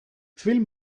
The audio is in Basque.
film